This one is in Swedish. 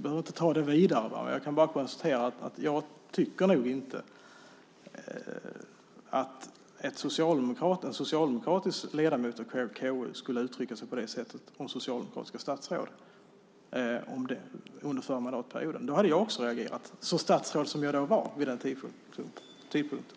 behöver inte ta det vidare, men jag kan bara konstatera att jag nog inte tycker att en socialdemokratisk ledamot av KU skulle ha uttryckt sig på det sättet om socialdemokratiska statsråd under den förra mandatperioden. Då hade jag också reagerat som statsråd, som jag var vid den tidpunkten.